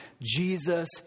Jesus